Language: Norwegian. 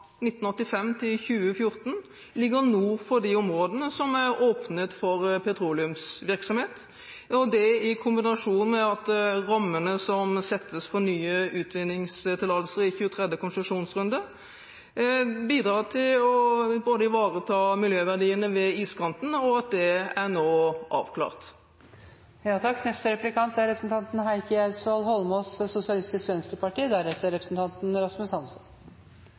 1985 til 2014, ligger nord for de områdene som er åpnet for petroleumsvirksomhet. Det – i kombinasjon med rammene som settes for nye utvinningstillatelser i 23. konsesjonsrunde – bidrar til å ivareta miljøverdiene ved iskanten, og det er nå avklart. Nå er